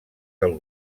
del